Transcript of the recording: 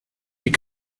die